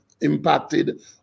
impacted